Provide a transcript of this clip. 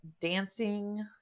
dancing